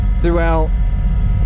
throughout